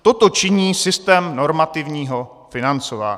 Toto činí systém normativního financování.